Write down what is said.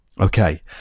Okay